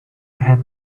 had